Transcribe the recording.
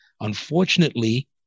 Unfortunately